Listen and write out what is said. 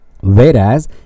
Whereas